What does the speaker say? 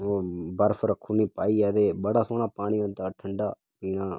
ओह् बर्फ रक्खु नी पाइयै ते बड़ा सोह्ना पानी होंदा ठंडा इ'यां